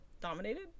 dominated